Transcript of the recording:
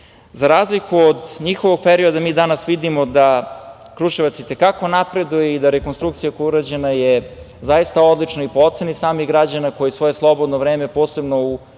razliku od njihovog perioda, mi danas vidimo da Kruševac i te kako napreduje i da rekonstrukcija koja je urađena je zaista odlična i po oceni samih građana, koji svoje slobodno vreme, posebno u